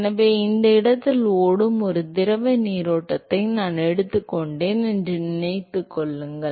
எனவே இந்த இடத்தில் ஓடும் ஒரு திரவ நீரோட்டத்தை நான் எடுத்துக்கொண்டேன் என்று நினைத்துக்கொள்ளுங்கள்